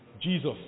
Jesus